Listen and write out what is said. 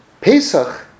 Pesach